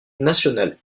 national